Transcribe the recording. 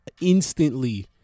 instantly